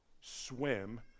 swim